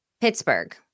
Pittsburgh